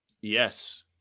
Yes